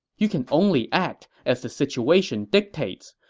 you can only act as the situation dictates.